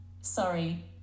Sorry